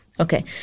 Okay